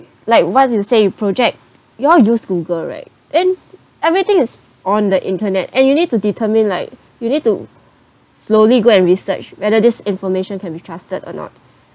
like what you say project you all use Google right then everything is on the internet and you need to determine like you need to slowly go and research whether this information can be trusted or not